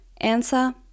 Answer